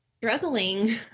struggling